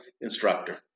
instructor